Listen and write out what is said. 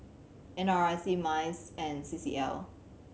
N R I C MINDS and C C L